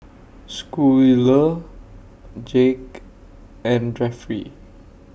Schuyler Jake and Jeffrey